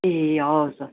ए हवस् हवस्